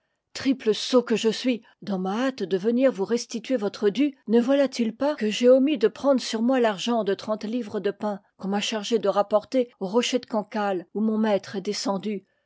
triple sot que je suis dans ma hâte de venir vous restituer votre dû ne voilà-t-il pas que j'ai omis de prendre l sur moi l'argent de trente livres de pain qu'on m'a chargé de rapporter au rocher de cancale où mon maître est